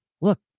look